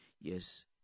Yes